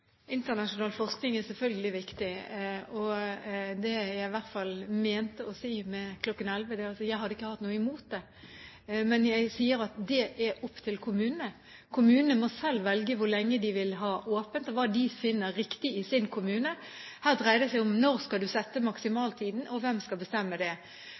Internasjonal forskning er selvfølgelig viktig. Det jeg i hvert fall mente å si med kl. 23, var at jeg ikke hadde hatt noe imot det. Men jeg sier at det er opp til kommunene. Kommunene må selv velge hvor lenge de vil ha åpent, og hva de selv finner riktig. Her dreier det seg om når du skal sette maksimaltid, og hvem skal bestemme den. Så har jeg også sagt at når det